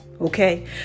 Okay